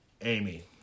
Amy